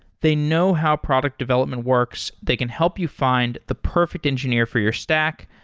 they know how product development works. they can help you find the perfect engineer for your stack,